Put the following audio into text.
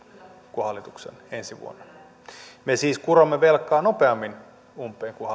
kuin hallituksen ensi vuonna me siis kuromme velkaa nopeammin umpeen kuin